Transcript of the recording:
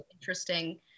interesting